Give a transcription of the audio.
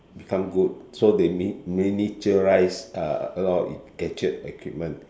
become good so they min~ miniaturise a a lot of gadget equipment